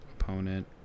opponent